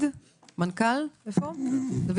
דוד